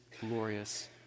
glorious